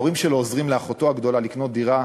ההורים שלו עוזרים לאחותו הגדולה לקנות דירה,